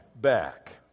back